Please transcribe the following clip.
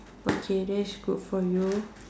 okay that's good for you